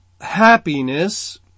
happiness